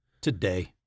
today